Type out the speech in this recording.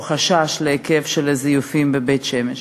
או החשש להיקף הזיופים בבית-שמש,